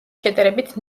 შედარებით